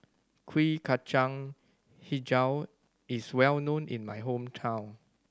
Kuih Kacang Hijau is well known in my hometown